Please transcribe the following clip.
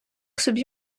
собі